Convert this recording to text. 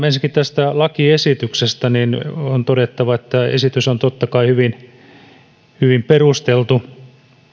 ensinnäkin tästä lakiesityksestä on todettava että esitys on totta kai hyvin hyvin perusteltu